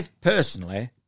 Personally